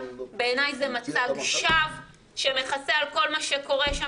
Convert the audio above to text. בעיניי זה מצג שווא שמכסה על כל מה שקורה שם